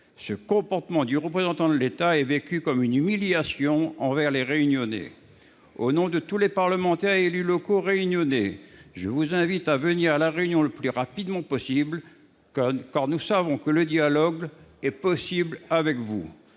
Ce comportement du représentant de l'État est vécu comme une humiliation par les Réunionnais. Au nom de tous les parlementaires et élus locaux réunionnais, je vous invite à venir à La Réunion le plus rapidement possible, car nous savons que le dialogue est possible avec vous.